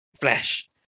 flash